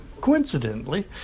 Coincidentally